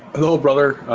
a little brother.